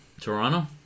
toronto